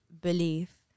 belief